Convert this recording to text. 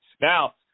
now